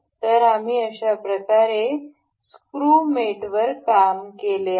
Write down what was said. तर आम्ही अशाप्रकारे स्क्रू मेटवर काम केले आहे